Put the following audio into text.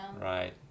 Right